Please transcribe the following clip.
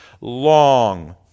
long